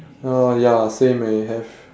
oh ya same man have